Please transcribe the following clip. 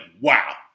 wow